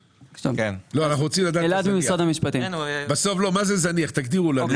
לא, אנחנו רוצים לדעת מה זה זניח, תגדירו לנו.